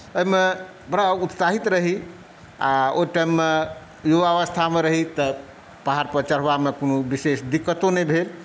एहिमे बड़ा उत्साहित रही आ ओ टाइममे युवावस्थामे रही तऽ पहाड़पर चढ़वामे कोनो विशेष दिकक्तो नहि भेल